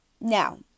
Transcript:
Now